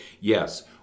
yes